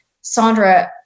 Sandra